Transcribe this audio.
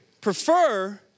prefer